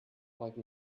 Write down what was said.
like